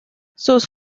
sus